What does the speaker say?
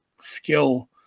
skill